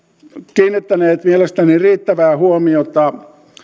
kiinnittäneet mielestäni riittävää huomiota